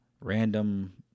random